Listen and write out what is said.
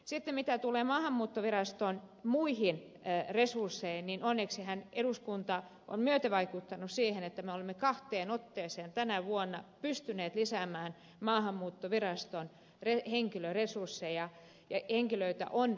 sitten mitä tulee maahanmuuttoviraston muihin resursseihin niin onneksihan eduskunta on myötävaikuttanut siihen että me olemme kahteen otteeseen tänä vuonna pystyneet lisäämään maahanmuuttoviraston henkilöresursseja ja henkilöitä on rekrytoitu